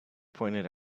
pointed